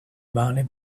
bunny